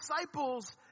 disciples